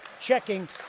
checking